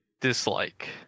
dislike